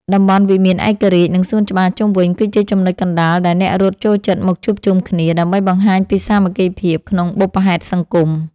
តំបន់វិមានឯករាជ្យ និងសួនច្បារជុំវិញ គឺជាចំណុចកណ្ដាលដែលអ្នករត់ចូលចិត្តមកជួបជុំគ្នា ដើម្បីបង្ហាញពីសាមគ្គីភាពក្នុងបុព្វហេតុសង្គម។